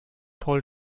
paul